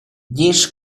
gest